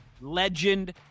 legend